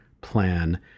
plan